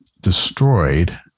destroyed